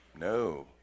no